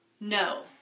No